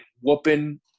whooping